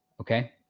Okay